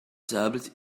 tablet